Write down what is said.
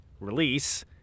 release